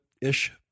ish